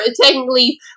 technically